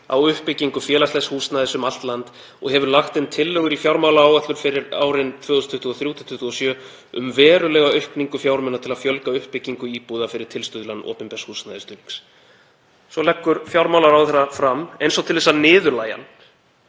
á uppbyggingu félagslegs húsnæðis um allt land og hefur lagt inn tillögur í fjármálaáætlun fyrir árin 2023–2027 um verulega aukningu fjármuna til að fjölga uppbyggingu íbúða fyrir tilstuðlan opinbers húsnæðisstuðnings …“ Svo leggur fjármálaráðherra fram fjármálaáætlun